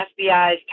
FBI's